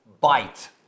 bite